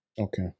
Okay